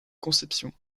conception